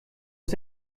ist